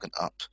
Up